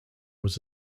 was